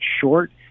short